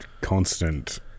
constant